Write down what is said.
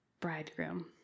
bridegroom